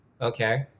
Okay